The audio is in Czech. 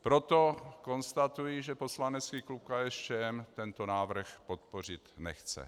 Proto konstatuji, že poslanecký klub KSČM tento návrh podpořit nechce.